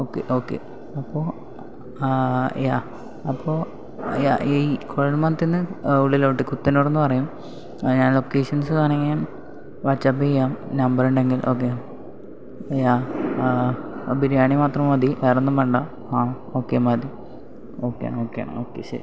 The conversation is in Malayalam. ഓക്കെ ഓക്കെ അപ്പോൾ യാ അപ്പോൾ യാ ഈ കുഴിമണ്ണത്തിന്ന് ഉള്ളിലോട്ട് പുത്തനൂർ എന്ന് പറയും ഞാൻ ലൊക്കേഷൻസ് വേണമെങ്കിൽ വാട്സ്ആപ്പ് ചെയ്യാം നമ്പർ ഉണ്ടെങ്കിൽ ഓക്കെ യാ അപ്പോൾ ബിരിയാണി മാത്രം മതി വേറെ ഒന്നും വേണ്ട ആ ഓക്കെ മതി ഓക്കെയാണ് ഓക്കെയാണ് ഓക്കെ ശരി